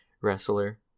wrestler